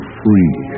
free